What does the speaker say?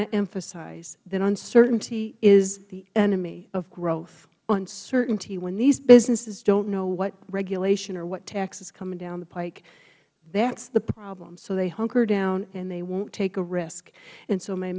to emphasize that uncertainty is the enemy of growth uncertainty when these businesses don't know what regulation or what tax is coming down the pike that is the problem so they hunker down and they won't take a risk and so my